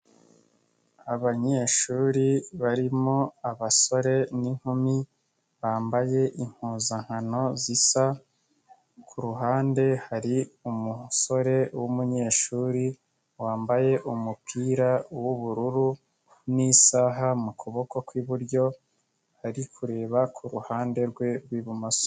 Abanyeshuri barimo abasore n'inkumi bambaye impuzankano zisa ku ruhande hari umusore w'umunyeshuri wambaye umupira w'ubururu n'isaha mu kuboko kw'iburyo ari kureba ku ruhande rwe rw'ibumoso.